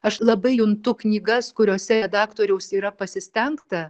aš labai juntu knygas kuriose redaktoriaus yra pasistengta